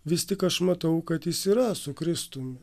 vis tik aš matau kad jis yra su kristumi